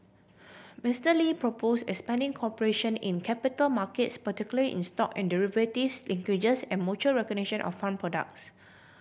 Mister Lee propose expanding cooperation in capital markets particularly in stock and derivatives linkages and mutual recognition of fund products